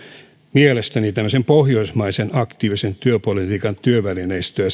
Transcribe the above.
mielestäni sivuun pohjoismaisen aktiivisen työpolitiikan työvälineistöä